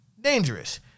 dangerous